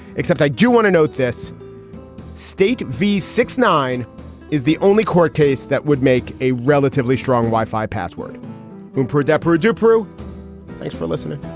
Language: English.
except i do want to note this state v six nine is the only court case that would make a relatively strong wi-fi password um for adepero dupre. thanks for listening